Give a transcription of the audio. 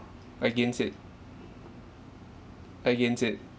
against it against it